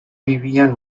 vivían